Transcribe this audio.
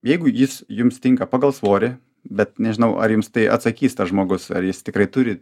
jeigu jis jums tinka pagal svorį bet nežinau ar jums tai atsakys tas žmogus ar jis tikrai turi